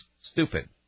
stupid